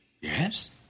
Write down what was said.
Yes